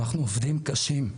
אנחנו עובדים קשים,